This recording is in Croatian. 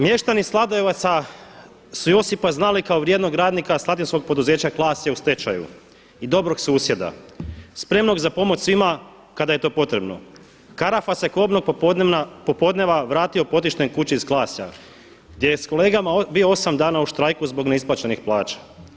Mještani Sladojevaca su Josipa znali kao vrijednog radnika slatinskog poduzeća Klasje u stečaju i dobrog susjeda, spremnog za pomoć svima kada je to potrebno. … se kobnog popodneva vratio potišten kući iz Klasja gdje je s kolegama bio osam dana u štrajku zbog neisplaćenih plaća.